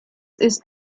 ist